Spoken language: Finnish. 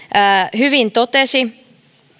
hyvin totesi